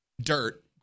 dirt